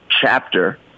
chapter